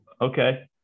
Okay